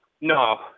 No